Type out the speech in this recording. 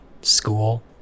school